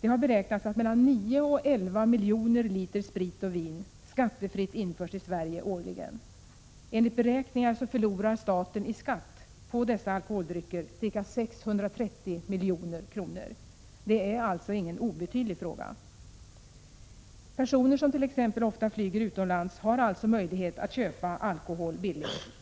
Det har beräknats att mellan 9 och 11 miljoner liter sprit och vin skattefritt införs i Sverige årligen. Enligt beräkningar förlorar staten i skatt på dessa alkoholdrycker ca 630 milj.kr. Det är alltså ingen obetydlig fråga. Personer som t.ex. flyger utomlands har alltså möjlighet att köpa alkohol billigt.